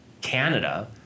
Canada